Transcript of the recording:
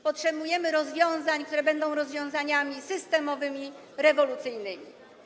Potrzebujemy rozwiązań, które będą rozwiązaniami systemowymi, rewolucyjnymi.